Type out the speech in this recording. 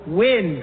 win